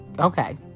Okay